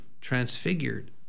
transfigured